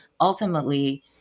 ultimately